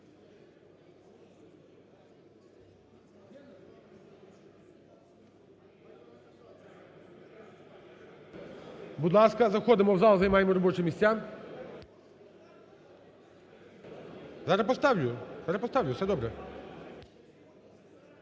Будь ласка, заходимо в зал, займаємо робочі місця. Зараз поставлю. Зараз поставлю. Все добре.